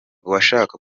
uwashaka